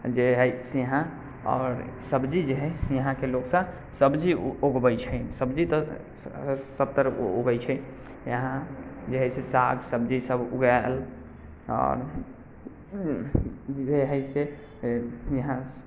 जे हय से यहाँ आओर सब्जी जे हय यहाँके लोक सब सब्जी उगबै छै सब्जी तऽ सब तरहके उगै छै यहाँ जे हय से साग सब्जी सब उगायल आओर जे हय से यहाँ